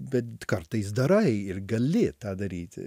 bet kartais darai ir gali tą daryti